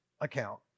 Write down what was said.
account